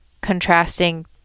contrasting